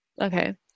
Okay